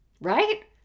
Right